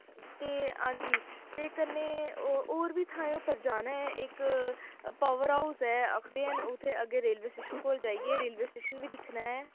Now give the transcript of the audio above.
ते हांजी ते कन्नै होर बी थाह्रें उप्पर जाना ऐ इक पावर हाऊस ऐ आखदे न उत्थै अग्गें रेलवे स्टेशन कोल जाइयै रेलवे स्टेशन बी दिक्खना ऐ